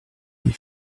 les